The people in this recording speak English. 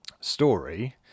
story